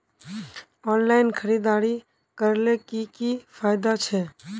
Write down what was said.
Online खरीदारी करले की की फायदा छे?